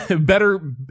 better